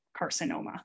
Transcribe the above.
carcinoma